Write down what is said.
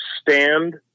stand